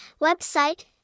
website